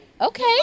Okay